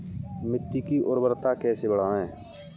मिट्टी की उर्वरता कैसे बढ़ाएँ?